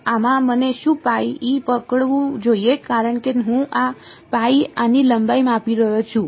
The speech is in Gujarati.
તો આમાં મને શું પકડવું જોઈએ કારણ કે હું આની લંબાઈ માપી રહ્યો છું